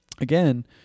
again